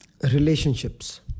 relationships